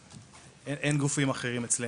אין גופים אחרים אצלנו.